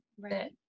Right